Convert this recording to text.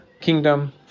kingdom